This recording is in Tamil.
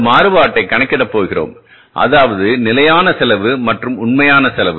இந்த மாறுபாட்டைகணக்கிடப் போகிறோம் அதாவது நிலையான செலவு மற்றும் உண்மையான செலவு